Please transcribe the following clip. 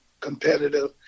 competitive